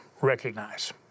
recognize